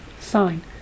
sign